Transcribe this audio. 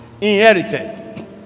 inherited